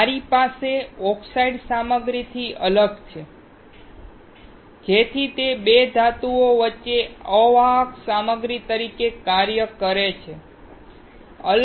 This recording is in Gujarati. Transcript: મારી પાસે ઓક્સાઇડ સામગ્રી સાથે અલગ છે જેથી તે 2 ધાતુઓ વચ્ચે અવાહક સામગ્રી તરીકે કાર્ય કરે છે